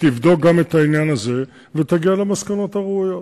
תבדוק גם את העניין הזה ותגיע למסקנות הראויות.